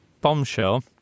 bombshell